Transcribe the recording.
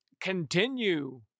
continue